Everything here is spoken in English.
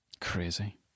Crazy